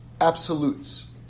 absolutes